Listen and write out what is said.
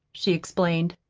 she explained.